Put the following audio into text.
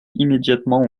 immédiatement